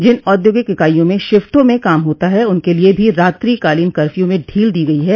जिन औद्योगिक इकाइयों में शिफ्टों में काम होता है उनके लिए भी रात्रि कालीन कर्फ्यू में ढील दी गई है